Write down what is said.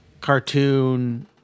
cartoon